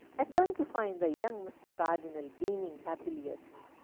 i turned to find the young mr. cardinal beaming happily at me.